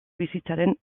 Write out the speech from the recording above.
bizitzaren